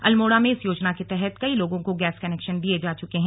अल्मोड़ा में इस योजना के तहत कई लोगों को गैस कनेश्कन दिये जा चुके हैं